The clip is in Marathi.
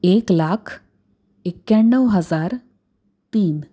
एक लाख एक्क्याण्णव हजार तीन